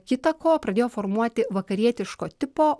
kita ko pradėjo formuoti vakarietiško tipo